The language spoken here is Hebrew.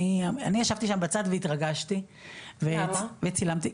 אני ישבתי שם בצד והתרגשתי וצילמתי.